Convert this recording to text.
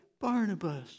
Barnabas